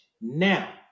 Now